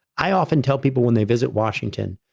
i often tell people when they visit washington,